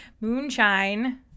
moonshine